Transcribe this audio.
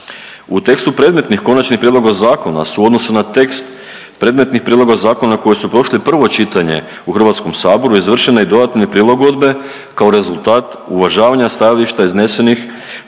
U tekstu predmetnih konačnog prijedloga zakona su u odnosu na tekst predmetnih prijedloga zakona koji su prošli prvo čitanje u HS-u izvršena je i dodatne prilagodbe kao rezultat uvažavanja stajališta iznesenih